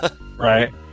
Right